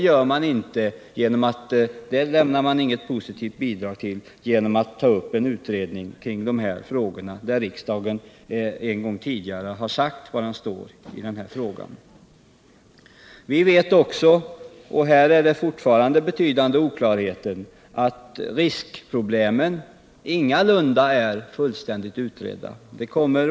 Det lämnar man inget positivt bidrag till genom att ta upp en utredning kring de här frågorna, när riksdagen en gång tidigare har sagt var den står. Vi vet också — och här är det fortfarande betydande oklarheter — att riskproblemen ingalunda är fullständigt utredda.